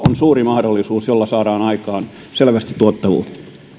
on suuri mahdollisuus jolla saadaan aikaan selvästi tuottavuutta